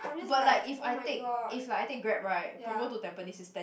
but like if I take if like I take grab right Punggol to Tampines is ten